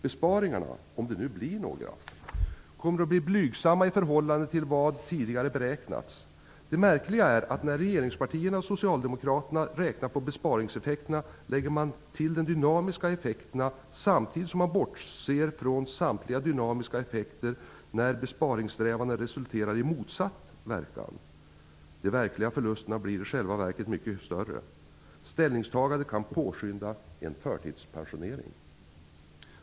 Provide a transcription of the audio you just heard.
Besparingarna -- om det nu blir några -- kommer att bli blygsamma i förhållande till vad som tidigare beräknats. Det märkliga är att när regeringspartierna och Socialdemokraterna räknar på besparingseffekterna lägger man till de dynamiska effekterna samtidigt som man bortser från samtliga dynamiska effekter när besparingssträvandena får motsatt verkan. De verkliga förlusterna blir i själva verket mycket större. - Ställningstagandet kan påskynda en förtidspensionering.